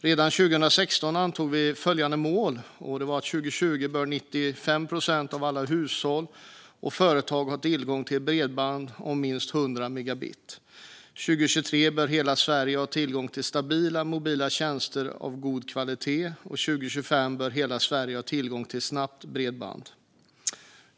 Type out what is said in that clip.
Redan 2016 antog vi följande mål: 2020 bör 95 procent av alla hushåll och företag ha tillgång till bredband om minst 100 megabit, 2023 bör hela Sverige ha tillgång till stabila mobila tjänster av god kvalitet och 2025 bör hela Sverige ha tillgång till snabbt bredband.